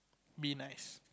be nice